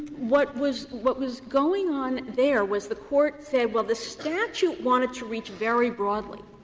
what was what was going on there was the court said well, the statute wanted to reach very broadly,